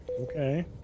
Okay